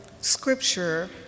scripture